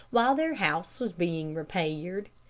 while their house was being repaired.